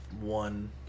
one